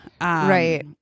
Right